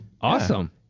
Awesome